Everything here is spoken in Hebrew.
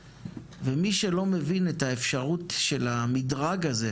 ומי שלא מבין את האפשרות של המדרג הזה,